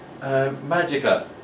Magica